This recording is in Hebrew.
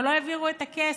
אבל לא העבירו את הכסף.